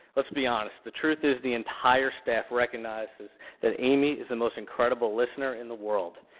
let's be honest. the truth is the entire staff recognizes that amy is the most incredible listener in the world.